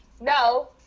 no